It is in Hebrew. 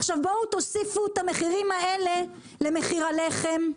עכשיו בואו תוסיפו את המחירים האלה למחיר הלחם,